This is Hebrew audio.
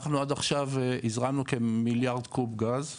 אנחנו עד עכשיו הזרמנו כמיליארד קוב גז בפועל,